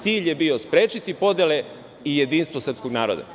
Cilj je bio sprečiti podele i jedinstvo srpskog naroda.